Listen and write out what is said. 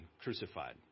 crucified